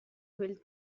quel